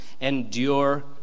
endure